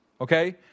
okay